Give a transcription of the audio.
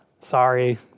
Sorry